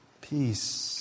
peace